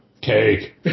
cake